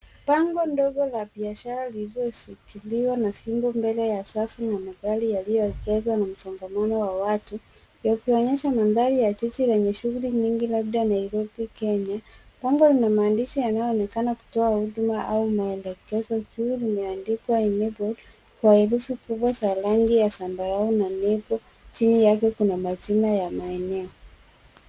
Bango ndogo la biashara lililoshikiliwa na fimbo mbele ya safu na magari yaliyowekezwa na msongamano wa watu, yakionyesha mandhari ya jiji lenye shughuli nyingi labda Nairobi, Kenya. Bango lina maandishi yanayoonekana kutoa huduma au mwelekezo. Juu limeandikwa Enabled kwa herufi kubwa za rangi ya zambarau na nembo, chini yake kuna majina ya maeneo.